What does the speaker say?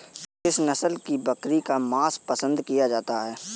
किस नस्ल की बकरी का मांस पसंद किया जाता है?